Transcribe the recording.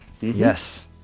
yes